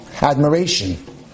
Admiration